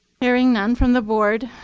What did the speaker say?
hearing none from the board,